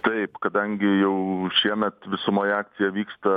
taip kadangi jau šiemet visumoj akcija vyksta